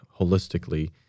holistically